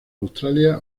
australia